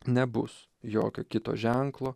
nebus jokio kito ženklo